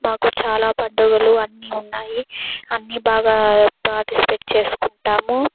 మాకు చాలా పండుగలు అన్నీ ఉన్నాయి అన్నీ బాగా పార్టిసిపేట్ చేసుకుంటాము